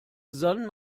san